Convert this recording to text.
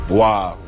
wow